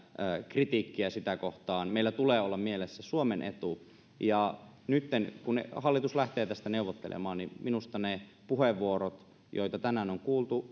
kritiikkiä sitä kohtaan meillä tulee olla mielessä suomen etu ja nytten kun hallitus lähtee tästä neuvottelemaan niin minusta ne puheenvuorot joita tänään on kuultu